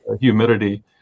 humidity